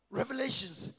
revelations